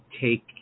take